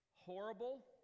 Horrible